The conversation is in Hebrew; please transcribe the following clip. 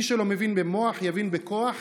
מי שלא מבין במוח, יבין בכוח.